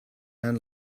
man